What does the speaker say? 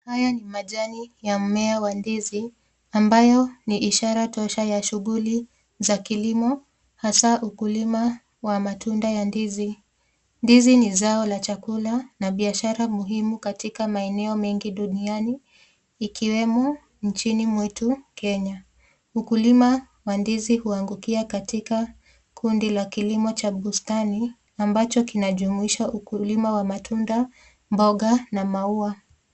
Haya ni majani ya mmea wa ndizi ambayo ni ishara tosha ya shughuli za kilimo, hasa ukulima wa matunda ya ndizi. Ndizi ni zao la chakula na biashara muhimu katika maeneo mengi duniani ikiwemo nchini mwetu, Kenya. Ukulima wa ndizi huangukia katika kundi la kilimo cha bustani, ambacho kinajumuisha ukulima wa matunda, mboga na maua.